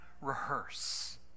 rehearse